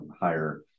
higher